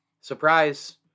Surprise